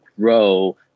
grow